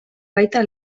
baita